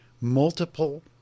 multiple